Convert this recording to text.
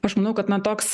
aš manau kad na toks